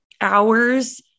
hours